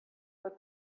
but